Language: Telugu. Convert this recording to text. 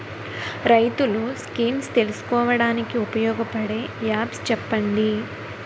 రైతులు స్కీమ్స్ తెలుసుకోవడానికి ఉపయోగపడే యాప్స్ చెప్పండి?